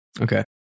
okay